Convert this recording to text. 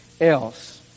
else